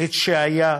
את שהיה,